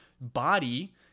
body